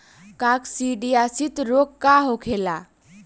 काकसिडियासित रोग का होखेला?